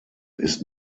ist